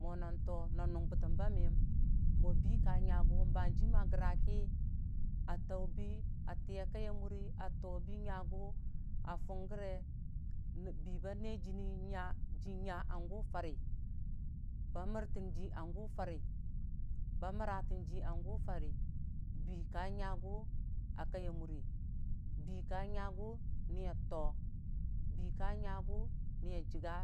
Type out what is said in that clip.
mwo nan too, nan nʊng bətəmba miyim mwo bii ka nyigʊ banhanjim a gəra ki a tau bii a kiya kai ya muri a tobii nyagʊ a fung gəre bii ba nee jininya yinya hangʊ farə ba mərtən ji hangu pari bii kanyagʊ a kaiya murə bii niya too, bii kanyaaʊ niyajikga